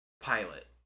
pilot